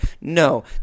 No